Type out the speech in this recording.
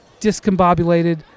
discombobulated